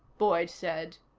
boyd said.